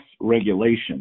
regulation